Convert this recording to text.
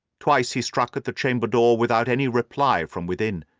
twice he struck at the chamber door without any reply from within.